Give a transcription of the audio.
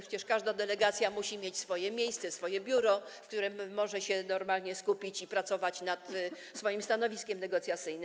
Przecież każda delegacja musi mieć swoje miejsce, swoje biuro, w którym może się normalnie skupić i pracować nad swoim stanowiskiem negocjacyjnym.